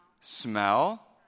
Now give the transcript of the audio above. smell